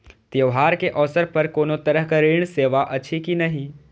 त्योहार के अवसर पर कोनो तरहक ऋण सेवा अछि कि नहिं?